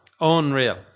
Unreal